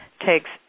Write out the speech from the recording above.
takes